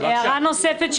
הערה נוספת,